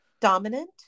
Dominant